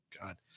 God